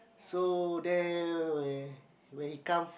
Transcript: so then where where he come